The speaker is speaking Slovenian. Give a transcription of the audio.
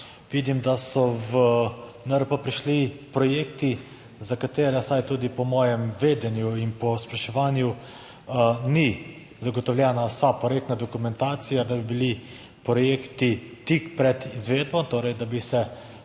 vidim, da so v NRP prišli projekti za katere, vsaj tudi po mojem vedenju in po spraševanju, ni zagotovljena vsa projektna dokumentacija, da bi bili projekti tik pred izvedbo, torej da bi se